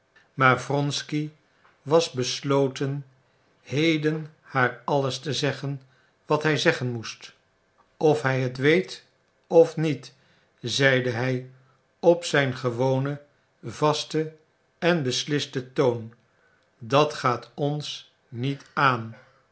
maar wronsky was besloten heden haar alles te zeggen wat hij zeggen moest of hij het weet of niet zeide hij op zijn gewonen vasten en beslisten toon dat gaat ons niet aan